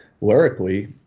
lyrically